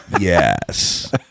Yes